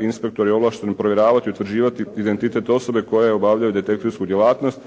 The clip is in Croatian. inspektor je ovlašten provjeravati, utvrđivati identitet osobe koje obavljaju detektivsku djelatnost,